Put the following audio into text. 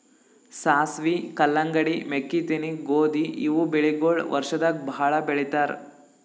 ಸಾಸ್ವಿ, ಕಲ್ಲಂಗಡಿ, ಮೆಕ್ಕಿತೆನಿ, ಗೋಧಿ ಇವ್ ಬೆಳಿಗೊಳ್ ವರ್ಷದಾಗ್ ಭಾಳ್ ಬೆಳಿತಾರ್